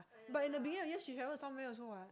but in the middle just she travel somewhere also what